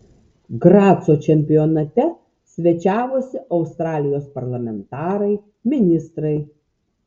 graco čempionate svečiavosi australijos parlamentarai ministrai